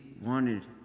wanted